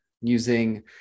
using